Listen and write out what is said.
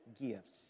gifts